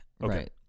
Right